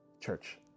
Church